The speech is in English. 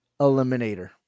eliminator